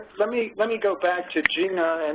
let me let me go back to regina,